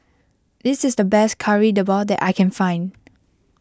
this is the best Kari Debal that I can find